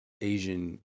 Asian